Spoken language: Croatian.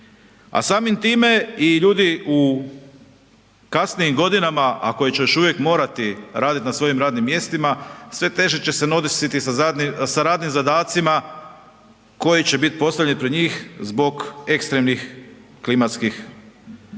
a samim time i ljudi u kasnijim godinama, a koji će još uvijek morati raditi na svojim radnim mjestima, sve teže će se nositi sa radnim zadacima koji će bit postavljeni pred njih zbog ekstremnih klimatskih promjena,